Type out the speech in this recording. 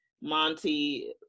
Monty